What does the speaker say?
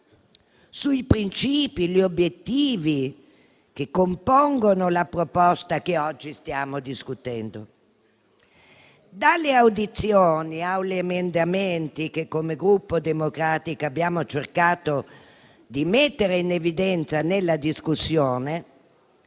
sui principi e sugli obiettivi che compongono la proposta che oggi stiamo discutendo. Dalle audizioni agli emendamenti che, come Gruppo Partito Democratico, abbiamo cercato di mettere in evidenza nella discussione,